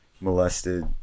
molested